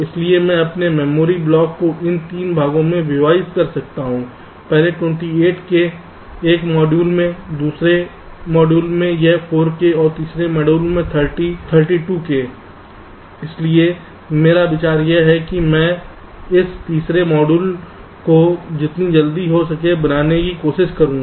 इसलिए मैं अपने मेमोरी ब्लॉक को इस 3 भाग में विभाजित कर सकता हूं पहले 28 k एक मॉड्यूल में दूसरे मॉड्यूल में यह 4 k और तीसरे मॉड्यूल में यह 30 32 k है इसलिए मेरा विचार यह है कि मैं इस तीसरे मॉड्यूल को जितनी जल्दी हो सके बनाने की कोशिश करूंगा